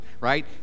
Right